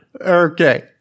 Okay